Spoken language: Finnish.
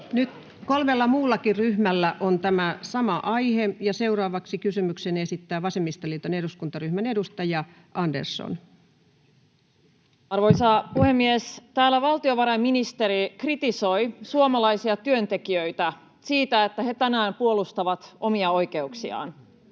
Nyt kolmella muullakin ryhmällä on tämä sama aihe. — Seuraavaksi kysymyksen esittää vasemmistoliiton eduskuntaryhmän edustaja Andersson. Arvoisa puhemies! Täällä valtiovarainministeri kritisoi suomalaisia työntekijöitä siitä, että he tänään puolustavat omia oikeuksiaan.